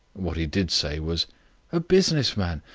what he did say was a business man?